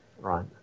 Right